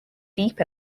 deep